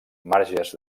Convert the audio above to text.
marges